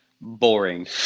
boring